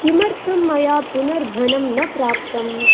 किमर्थं मया पुनर्धनं न प्राप्तम्